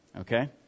okay